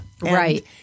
Right